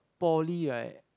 poly right